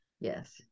yes